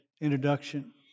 introduction